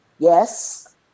Yes